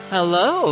Hello